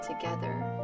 together